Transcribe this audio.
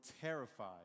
terrified